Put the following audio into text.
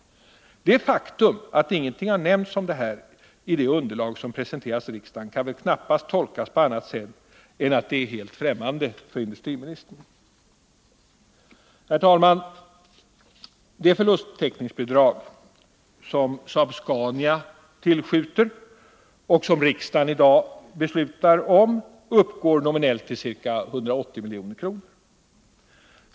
Det faktum att ingenting har nämnts om detta i det underlag som presenterats riksdagen kan väl knappast tolkas på annat sätt än att detta är helt ffrämmande för industriministern. Herr talman! De förlusttäckningsbidrag som Saab-Scania tillskjuter och som riksdagen i dag beslutar om uppgår nominellt till ca 180 milj.kr.